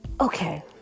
Okay